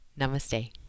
namaste